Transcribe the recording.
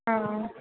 ਹਾਂ